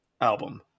album